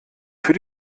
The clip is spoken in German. für